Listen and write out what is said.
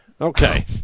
Okay